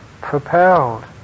propelled